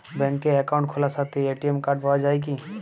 ব্যাঙ্কে অ্যাকাউন্ট খোলার সাথেই এ.টি.এম কার্ড পাওয়া যায় কি?